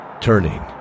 Turning